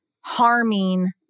harming